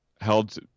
held